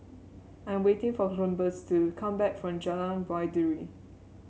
I'm waiting for Columbus to come back from Jalan Baiduri